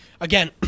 Again